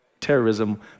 terrorism